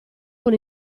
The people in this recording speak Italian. con